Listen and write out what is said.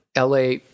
LA